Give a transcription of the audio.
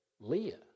Leah